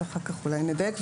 ואחר כך אולי נדייק.